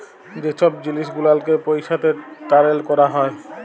যে ছব জিলিস গুলালকে পইসাতে টারেল ক্যরা হ্যয়